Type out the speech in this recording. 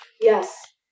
Yes